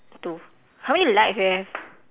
two how many lights you have